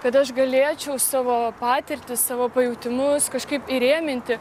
kad aš galėčiau savo patirtį savo pajautimus kažkaip įrėminti